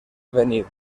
venir